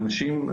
ואנשים,